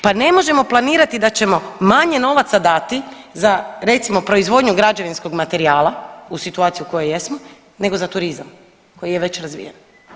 Pa ne možemo planirati da ćemo manje novaca dati za recimo proizvodnju građevinskog materijala u situaciji u kojoj jesmo nego za turizma koji je već razvijen.